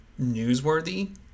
newsworthy